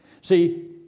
See